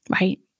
Right